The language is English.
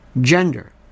Gender